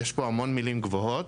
יש פה המון מילים גבוהות,